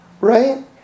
right